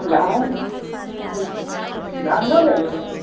धान